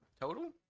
Total